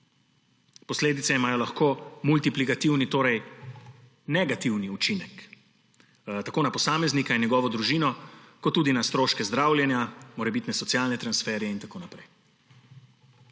Posledice imajo lahko negativni multiplikativni učinek tako na posameznika in njegovo družino kot tudi na stroške zdravljenja, morebitne socialne transferje in tako naprej.